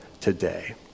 today